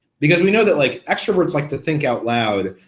because we know that like extroverts like to think out loud.